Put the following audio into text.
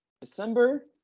December